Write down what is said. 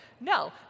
No